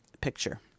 picture